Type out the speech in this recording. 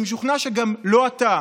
אני משוכנע שגם לא אתה,